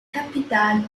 capitale